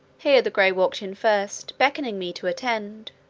here the gray walked in first, beckoning me to attend